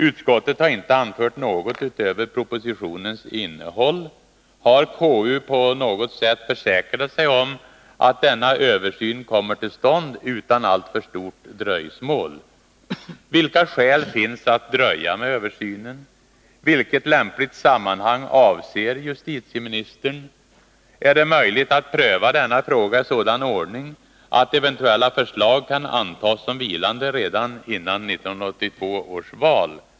Utskottet har inte anfört något utöver propositionens innehåll. Har KU på något sätt försäkrat sig om att denna översyn kommer till stånd utan alltför stort dröjsmål? Vilka skäl finns att dröja med översynen? Vilket lämpligt sammanhang avser justitieministern? Är det möjligt att pröva denna fråga i sådan ordning att eventuella förslag kan antas som vilande redan före 1982 års val?